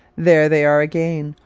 there they are again,